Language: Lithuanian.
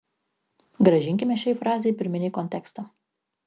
grąžinkime šiai frazei pirminį kontekstą